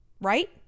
right